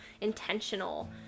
intentional